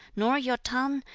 nor your tongue,